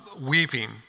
weeping